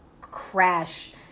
crash